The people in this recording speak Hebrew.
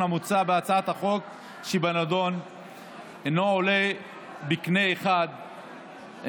המוצע בהצעת החוק שבנדון אינו עולה בקנה אחד עם